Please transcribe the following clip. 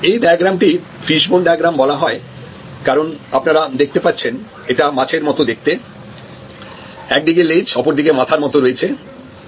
এই ডায়াগ্রামটিকে fishbone diagram বলা হয় কারণ আপনারা দেখতে পাচ্ছেন এটা মাছের মত দেখতে একদিকে লেজ অপরদিকে মাথার মত রয়েছে